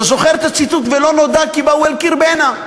אתה זוכר את הציטוט "ולא נודע כי באו אל קרבנה",